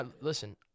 listen